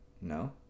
No